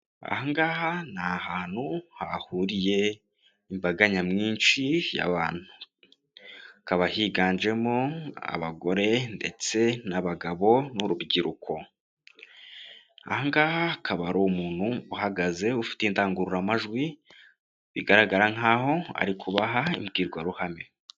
Aha ngaha ni ahantu hahuriye imbaga nyamwinshi y'abantu. Hakaba higanjemo abagore ndetse n'abagabo n'urubyiruko. Aha ngaha hakaba hari umuntu uhagaze ufite indangururamajwi bigaragara nkaho ari kubaha imbwirwaruhame.